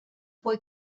fue